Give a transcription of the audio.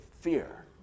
fear